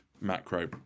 macro